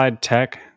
Tech